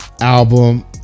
Album